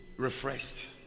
refreshed